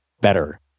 better